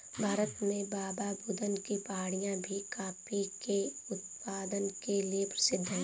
भारत में बाबाबुदन की पहाड़ियां भी कॉफी के उत्पादन के लिए प्रसिद्ध है